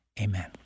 Amen